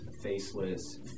faceless